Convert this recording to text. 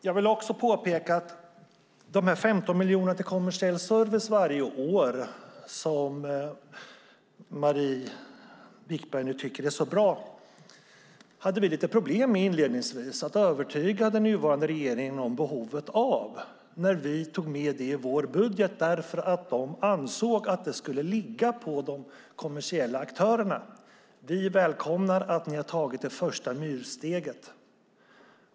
Jag vill också påpeka att de 15 miljonerna till kommersiell service varje år som Marie Wickberg tycker är så bra hade vi inledningsvis problem med att övertyga den nuvarande regeringen om behovet av när vi tog med dem i vår budget. Regeringen ansåg att de skulle läggas på de kommersiella aktörerna. Vi välkomnar att ni har tagit det första myrsteget.